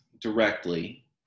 directly